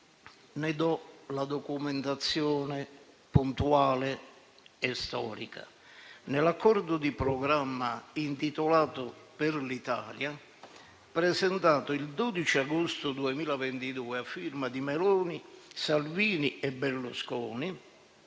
Ne do documentazione puntuale e storica. Nell'accordo di programma intitolato «Per l'Italia», presentato il 12 agosto 2022, a firma di Meloni, Salvini e Berlusconi,